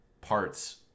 parts